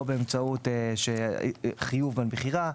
באמצעות חיוב על מכירה,